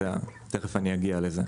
אני תכף אגיע לזה.